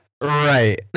Right